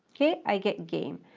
okay, i get game.